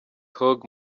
hugh